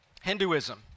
Hinduism